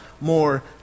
more